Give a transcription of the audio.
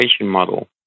model